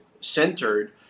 centered